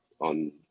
on